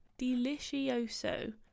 delicioso